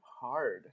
hard